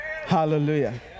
Hallelujah